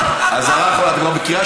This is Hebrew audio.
על הדוכן,